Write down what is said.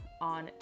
on